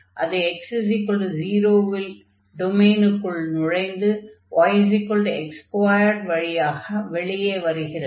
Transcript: அது x0 ல் டொமைனுக்குள் நுழைந்து yx2 வழியாக வெளியே வருகிறது